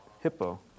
Hippo